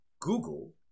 Google